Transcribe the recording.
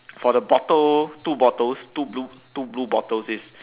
for the bottle two bottles two blue two blue bottles is